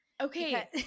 Okay